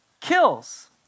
kills